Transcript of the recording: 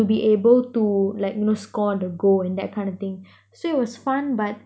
to be able to like you know score the goal and that kind of thing so it was fun but